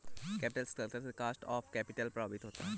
capital structure से cost of capital प्रभावित होता है